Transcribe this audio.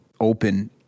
open